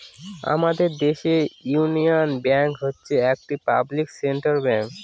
আমাদের দেশের union bank হচ্ছে একটি পাবলিক সেক্টর ব্যাঙ্ক